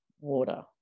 water